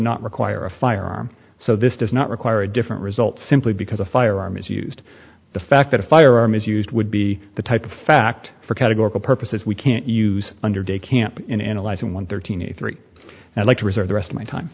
not require a firearm so this does not require a different result simply because a firearm is used the fact that a firearm is used would be the type of fact for categorical purposes we can't use under de camp in analyzing one thirteen e three and like to reserve the rest of my time